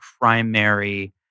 primary